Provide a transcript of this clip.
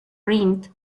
print